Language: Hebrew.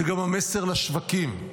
זה גם המסר לשווקים.